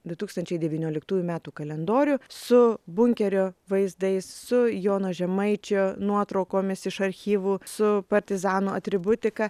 du tūkstančiai devynioliktųjų metų kalendorių su bunkerio vaizdais su jono žemaičio nuotraukomis iš archyvų su partizanų atributika